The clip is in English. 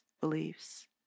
beliefs